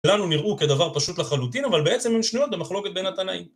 שלנו נראו כדבר פשוט לחלוטין, אבל בעצם הם שנויות במחלוקת בין התנאים.